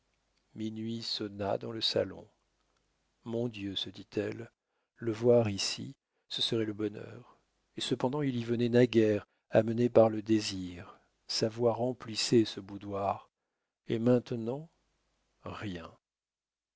minuit sonna dans le salon mon dieu se dit-elle le voir ici ce serait le bonheur et cependant il y venait naguère amené par le désir sa voix remplissait ce boudoir et maintenant rien